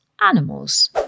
animals